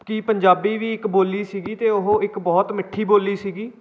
ਕਿ ਪੰਜਾਬੀ ਵੀ ਇੱਕ ਬੋਲੀ ਸੀਗੀ ਅਤੇ ਉਹ ਇੱਕ ਬਹੁਤ ਮਿੱਠੀ ਬੋਲੀ ਸੀਗੀ